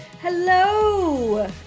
Hello